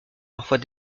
parfois